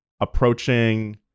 approaching